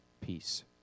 peace